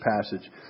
passage